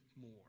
more